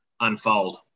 unfold